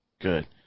Good